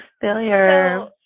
Failure